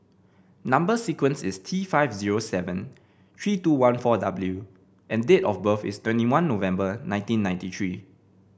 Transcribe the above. number sequence is T five zero seven three two one four W and date of birth is twenty one November nineteen ninety three